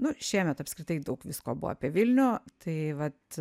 nu šiemet apskritai daug visko buvo apie vilnių tai vat